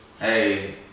hey